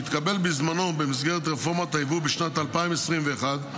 שהתקבל בזמנו במסגרת רפורמת הייבוא בשנת 2021,